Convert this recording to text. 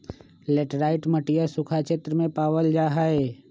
laterite मटिया सूखा क्षेत्र में पावल जाहई